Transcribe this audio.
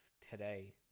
today